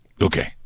okay